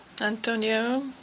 Antonio